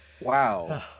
Wow